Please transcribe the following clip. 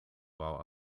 while